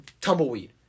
tumbleweed